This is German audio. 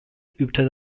übte